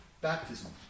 baptism